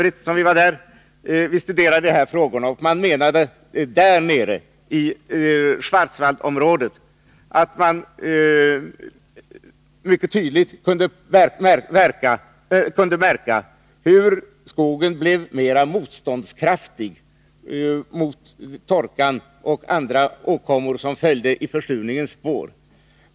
I Schwarzwaldområdet menade man att lövskogen var mera motståndskraftig mot torkan och andra åkommor som följde i försurningens spår.